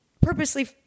purposely